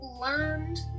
learned